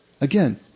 Again